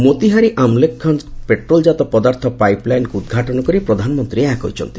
ମୋତୀହାରି ଆମ୍ଲେଖ୍ଗଞ୍ଜ ପେଟ୍ରୋଲ୍ଜାତ ପଦାର୍ଥ ପାଇପ୍ଲାଇନ୍କୁ ଉଦ୍ଘାଟନ କରି ପ୍ରଧାନମନ୍ତ୍ରୀ ଏହା କହିଛନ୍ତି